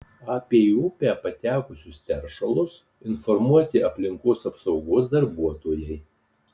apie į upę patekusius teršalus informuoti aplinkos apsaugos darbuotojai